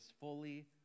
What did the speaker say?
fully